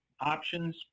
options